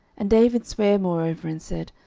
and david sware moreover, and said,